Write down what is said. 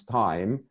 time